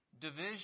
Division